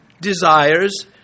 desires